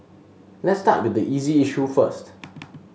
let's start with the easy issue first